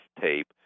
tape